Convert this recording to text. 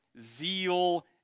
zeal